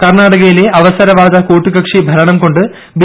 കർണ്ണാടകയിലെ അവസരവാദ കൂട്ടുകക്ഷി ഭരണംകൊണ്ട് ബി